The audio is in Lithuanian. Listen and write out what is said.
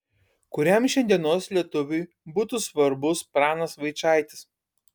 kuriam šiandienos lietuviui būtų svarbus pranas vaičaitis